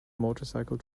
motorcycle